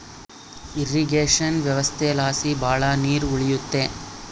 irrigation ವ್ಯವಸ್ಥೆಲಾಸಿ ಭಾಳ ನೀರ್ ಉಳಿಯುತ್ತೆ